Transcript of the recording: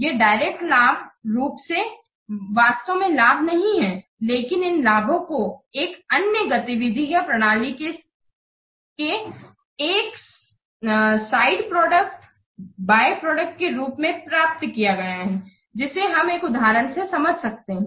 ये डायरेक्ट रूप से वास्तव में लाभ नहीं हैं लेकिन इन लाभों को एक अन्य गतिविधि या प्रणाली के एक साइड प्रोडक्ट बायप्रोडक्ट के रूप में प्राप्त किया गया है जिसे हम एक उदाहरण से समझ सकते हैं